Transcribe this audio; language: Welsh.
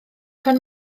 pan